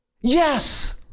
Yes